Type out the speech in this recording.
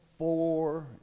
Four